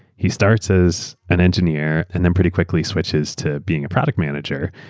he starts as an engineer, and then pretty quickly switches to being a product manager.